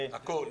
הכול.